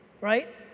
right